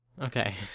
Okay